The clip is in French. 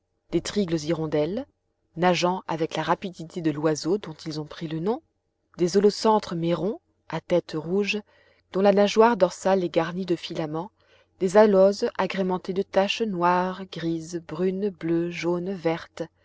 des trygles hirondelles nageant avec la rapidité de l'oiseau dont ils ont pris le nom des holocentres mérons à tête rouge dont la nageoire dorsale est garnie de filaments des aloses agrémentées de taches noires grises brunes bleues jaunes vertes